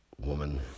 woman